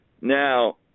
Now